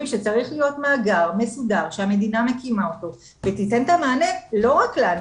שצריך להיות מאגר מסודר שהמדינה מקימה אותו ותיתן את המענה לא רק לנו,